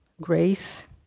grace